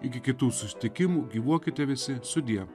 iki kitų susitikimų gyvuokite visi sudie